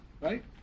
right